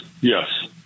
yes